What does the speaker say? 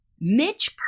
Mitch